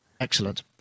Excellent